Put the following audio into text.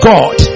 God